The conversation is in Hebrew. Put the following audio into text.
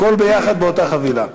הכול יחד באותה חבילה.